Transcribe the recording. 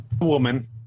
woman